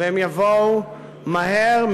והם יבואו מהר,